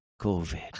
COVID